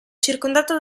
circondata